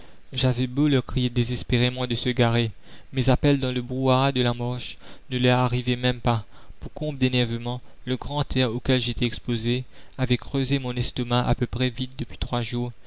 j'avais beau leur crier désespérément de se garer mes appels dans le brouhaha de la marche ne leur arrivaient même pas pour comble d'énervement le grand air auquel j'étais exposé avait creusé mon estomac à peu près vide depuis trois jours